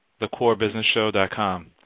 thecorebusinessshow.com